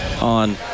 on